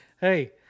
Hey